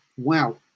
Wow